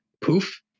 poof